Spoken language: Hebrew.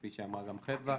כפי שאמרה גם חדווה,